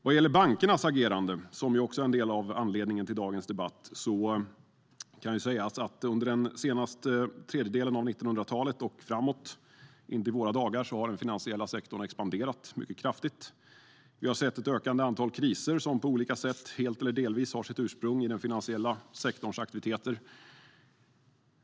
Vad gäller bankernas agerande, som också är en del av anledningen till dagens debatt, kan det sägas att under den senaste tredjedelen av 1900talet och framåt intill våra dagar har den finansiella sektorn expanderat mycket kraftigt. Vi har sett ett ökande antal kriser som på olika sätt, helt eller delvis, har sitt ursprung i den finansiella sektorns aktiviteter.